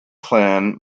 clan